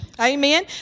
Amen